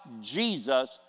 Jesus